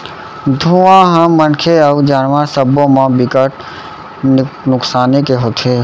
धुंआ ह मनखे अउ जानवर सब्बो म बिकट नुकसानी के होथे